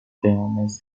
peones